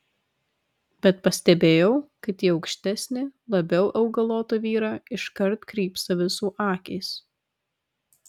bet pastebėjau kad į aukštesnį labiau augalotą vyrą iškart krypsta visų akys